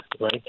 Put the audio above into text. right